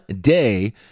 day